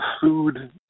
food